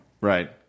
Right